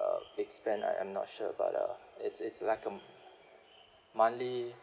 a big spend I I'm not sure but uh it's it's like a monthly